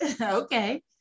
Okay